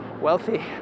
wealthy